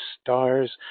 stars